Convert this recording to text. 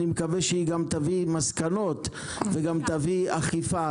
אני מקווה שהיא גם תביא מסקנות וגם תביא אכיפה.